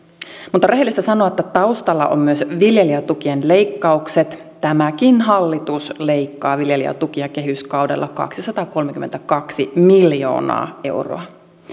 mutta on rehellistä sanoa että taustalla ovat myös viljelijätukien leikkaukset tämäkin hallitus leikkaa viljelijätukia kehyskaudella kaksisataakolmekymmentäkaksi miljoonaa euroa